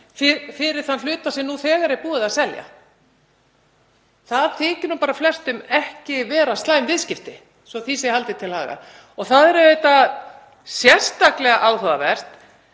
fyrir þann hluta sem nú þegar er búið að selja. Það þykir flestum ekki vera slæm viðskipti, svo því sé haldið til haga. Það er auðvitað sérstaklega áhugavert